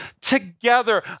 together